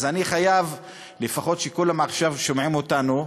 אז אני חייב, לפחות כשכולם עכשיו שומעים אותנו.